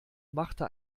machte